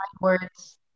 Words